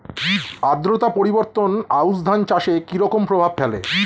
আদ্রতা পরিবর্তন আউশ ধান চাষে কি রকম প্রভাব ফেলে?